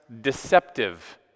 deceptive